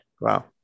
Wow